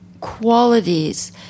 qualities